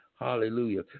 Hallelujah